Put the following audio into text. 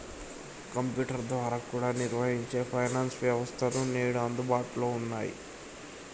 computer ద్వారా కూడా నిర్వహించే ఫైనాన్స్ వ్యవస్థలు నేడు అందుబాటులో ఉన్నయ్యి